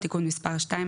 (תיקון מס' 2),